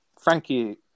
Frankie